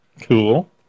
Cool